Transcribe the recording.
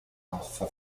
alpha